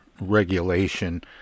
regulation